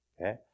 Okay